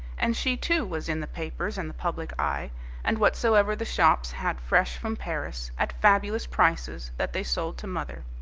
and she, too, was in the papers and the public eye and whatsoever the shops had fresh from paris, at fabulous prices, that they sold to mother.